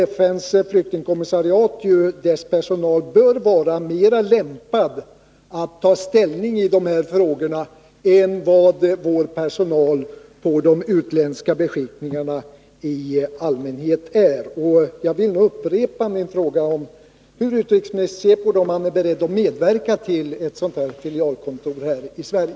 FN:s flyktingkommissariat och dess personal bör ju vara mer lämpade att ta ställning i dessa frågor än vad vår personal på de utländska beskickningarna i allmänhet är. Jag vill nu upprepa min fråga om hur utrikesministern ser på detta och om han är beredd att medverka till att en sådan filial av FN:s flyktingkommissariat inrättas i Sverige.